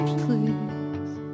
please